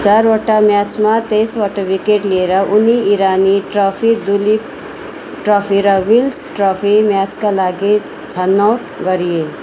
चारवटा म्याचमा तेइसवटा विकेट लिएर उनी इरानी ट्रफी दुलीप ट्रफी र विल्स ट्रफी म्याचका लागि छनौट गरिए